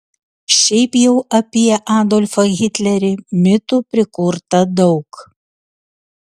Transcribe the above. šiaip jau apie adolfą hitlerį mitų prikurta daug